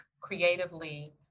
creatively